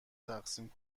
تقسیم